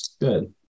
good